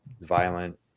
violent